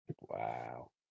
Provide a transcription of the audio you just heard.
wow